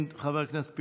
חבר הכנסת אייכלר,